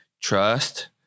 trust